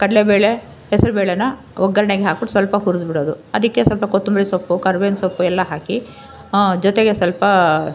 ಕಡಲೇ ಬೇಳೆ ಹೆಸರು ಬೇಳೆನ ಒಗ್ಗರ್ಣೆಗೆ ಹಾಕ್ಬಿಟ್ಟು ಸ್ವಲ್ಪ ಹುರ್ದು ಬಿಡೋದು ಅದಕ್ಕೆ ಸ್ವಲ್ಪ ಕೊತ್ತಂಬರಿ ಸೊಪ್ಪು ಕರ್ಬೇವಿನ ಸೊಪ್ಪು ಎಲ್ಲ ಹಾಕಿ ಜೊತೆಗೆ ಸ್ವಲ್ಪ